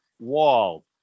Wall